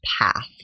path